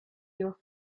your